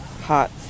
hot